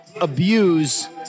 abuse